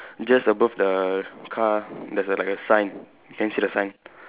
just above the car there's a like a sign can you see the sign